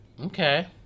Okay